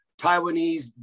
Taiwanese